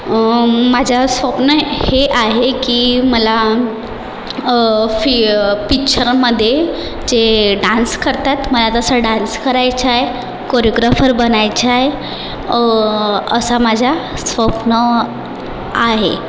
माझं स्वप्न हे आहे की मला फीय पिक्चरमध्ये जे डान्स करतात मला तसा डान्स करायचा आहे कोरिओग्राफर बनायचं आहे असं माझं स्वप्न आहे